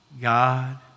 God